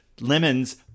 Lemons